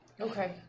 okay